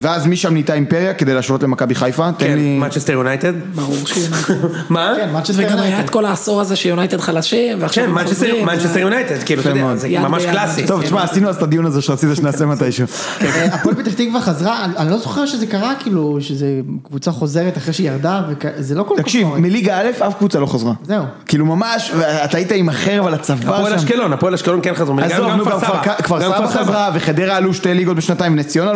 ואז משם נהייתה אימפריה כדי להשוות למכבי חיפה? כן, מנצ'סטר יונייטד. ברור שהיא יונייטד. מה? כן, מנצ'סטר יונייטד. וגם היה את כל העשור הזה שיונייטד חלשים, ועכשיו הם חוזרים. כן, מנצ'סטר יונייטד, כאילו, אתה יודע... יפה מאוד, זה ממש קלאסי. טוב, תשמע, עשינו אז את הדיון הזה שרצית שנעשה מתישהו. הפועל פתח תקווה חזרה, אני לא זוכר שזה קרה, כאילו, שזו קבוצה חוזרת אחרי שהיא ירדה, זה לא קורה, נכון? תקשיב, מליגה א' אף קבוצה לא חזרה. זהו. כאילו, ממש, ואתה היית עם החרב על הצוואר שם, הפועל אשקלון, הפועל אשקלון כן חזרו, וגם כפר סבא. כפר סבא חזרה, וחדרה עלו שתי ליגות בשנתיים, נס ציונה.